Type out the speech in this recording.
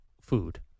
food